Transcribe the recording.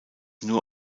nur